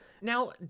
Now